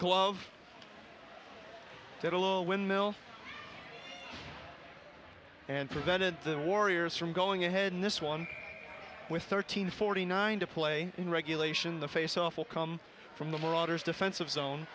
of that a little windmill and prevented the warriors from going ahead in this one with thirteen forty nine to play in regulation the faceoff will come from the marauders defensive zone